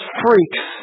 freaks